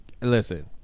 listen